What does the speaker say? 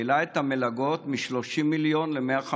העלה את המלגות מ-30 מיליון ל-150 מיליון.